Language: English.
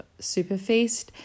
Superfeast